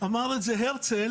אמר את זה הרצל